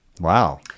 Wow